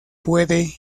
puede